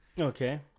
okay